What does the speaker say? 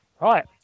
Right